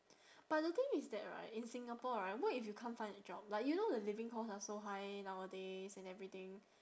but the thing is that right in singapore right what if you can't find a job like you know the living cost are so high nowadays and everything